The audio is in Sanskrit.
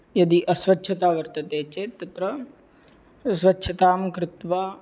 यदि अस्वच्छता वर्तते चेत् तत्र स्वच्छतां कृत्वा